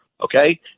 okay